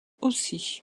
aussi